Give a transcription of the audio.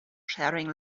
sharing